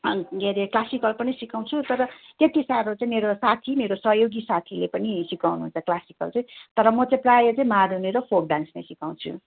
अनि के अरे क्लासिकल पनि सिकाउँछु तर त्यति साह्रो चाहिँ मेरो साथी मेरो सहयोगी साथीले पनि सिकाउनुहुन्छ क्लासिकल चाहिँ तर म चाहिँ प्रायः चाहिँ मारूनी र फोक डान्स नै सिकाउँछु